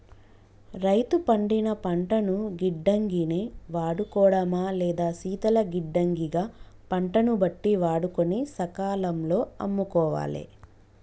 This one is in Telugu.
రైతు పండిన పంటను గిడ్డంగి ని వాడుకోడమా లేదా శీతల గిడ్డంగి గ పంటను బట్టి వాడుకొని సకాలం లో అమ్ముకోవాలె